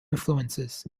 influences